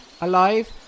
alive